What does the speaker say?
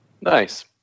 Nice